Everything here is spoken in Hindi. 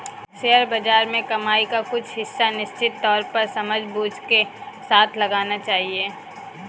शेयर बाज़ार में कमाई का कुछ हिस्सा निश्चित तौर पर समझबूझ के साथ लगाना चहिये